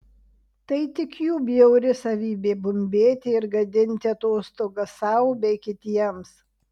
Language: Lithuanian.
tai tik jų bjauri savybė bumbėti ir gadinti atostogas sau bei kitiems